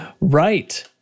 right